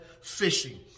fishing